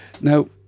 now